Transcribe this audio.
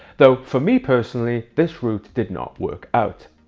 though for me personally, this route did not work out.